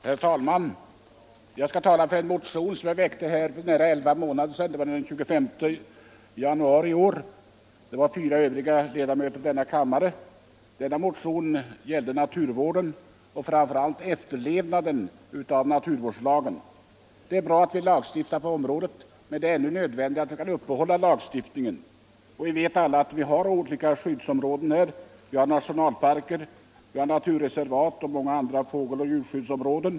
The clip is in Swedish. Herr talman! Jag skall tala för en motion som jag och fyra andra ledamöter av denna kammare väckte för nära elva månader sedan eller närmare bestämt den 25 januari i år. Denna motion gällde naturvården — Nr 145 och framför allt efterlevnaden av naturvårdslagen. Det är bra att vi lag Lördagen den stiftar på detta område, men det är ännu nödvändigare att vi kan upp 14 december 1974 rätthålla efterlevnaden av lagstiftningen. Vi vet alla att det finns olika skyddsområden, nationalparker, naturreservat och många andra fågel Ändringar i och djurskyddsområden.